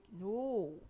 No